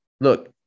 Look